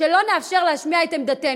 שלא נאפשר להשמיע את עמדתנו.